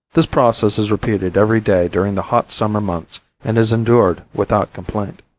this process is repeated every day during the hot summer months and is endured without complaint.